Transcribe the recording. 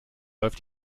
läuft